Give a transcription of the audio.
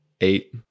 eight